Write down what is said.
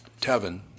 Tevin